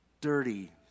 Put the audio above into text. dirty